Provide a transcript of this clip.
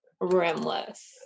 Rimless